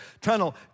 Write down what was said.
tunnel